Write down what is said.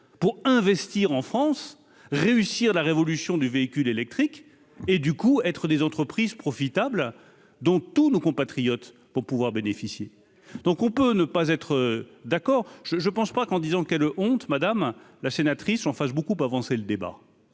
pour investir en France, réussir la révolution du véhicule électrique et du coup être des entreprises profitables dont tous nos compatriotes pour pouvoir bénéficier donc on peut ne pas être d'accord, je je pense pas qu'en disant qu'elle honte madame la sénatrice en fassent beaucoup avancer le débat,